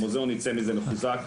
המוזיאון יצא מזה מחוזק,